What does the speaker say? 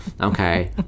Okay